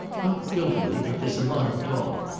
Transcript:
not guiltily, but there's a lot of talk.